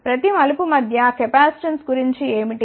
ప్రతి మలుపు మధ్య కెపాసిటెన్స్ గురించి ఏమిటి